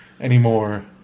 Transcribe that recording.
anymore